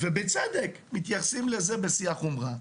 ובצדק, מתייחסים לזה בשיא החומרה.